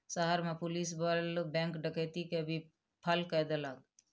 शहर में पुलिस बल बैंक डकैती के विफल कय देलक